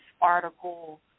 article